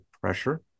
pressure